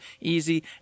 easy